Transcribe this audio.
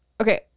Okay